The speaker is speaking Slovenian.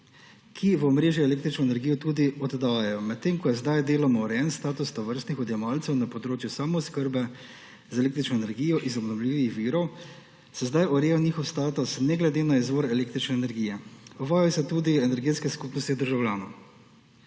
ki v omrežje električno energijo tudi oddajajo. Medtem ko je zdaj deloma urejen status tovrstnih odjemalcev na področju samooskrbe z električno energijo iz obnovljivih virov, se zdaj ureja njihov status ne glede na izvor električne energije. Uvajajo se tudi energetske skupnosti državljanov,